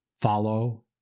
Follow